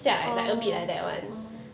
orh orh